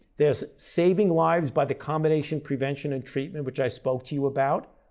there's saving lives by the combination prevention and treatment which i spoke to you about,